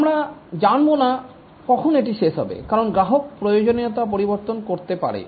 আমরা জানব না কখন এটি শেষ হবে কারণ গ্রাহক প্রয়োজনীয়তা পরিবর্তন করতে পারে